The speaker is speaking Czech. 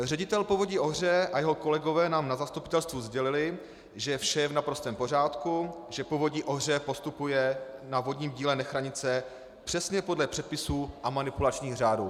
Ředitel Povodí Ohře a jeho kolegové nám na zastupitelstvu sdělili, že vše je v naprostém pořádku, že Povodí Ohře postupuje na vodním díle Nechranice přesně podle předpisů a manipulačních řádů.